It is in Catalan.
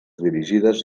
dirigides